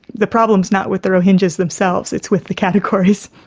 the problem's not with the rohingyas themselves, it's with the categories.